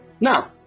Now